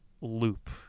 loop